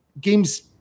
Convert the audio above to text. Games